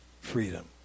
freedom